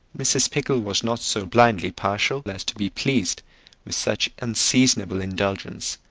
mrs. pickle was not so blindly partial as to be pleased with such unseasonable indulgence.